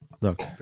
look